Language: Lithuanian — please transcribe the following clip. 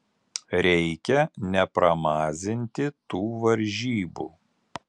reikia nepramazinti tų varžybų